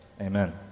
Amen